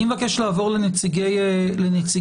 אני מבקש לעבור לנציגי הממשלה.